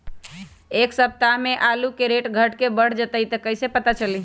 एक सप्ताह मे आलू के रेट घट ये बढ़ जतई त कईसे पता चली?